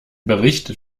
berichtet